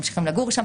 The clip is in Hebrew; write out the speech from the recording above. הם ממשיכים לגור שם,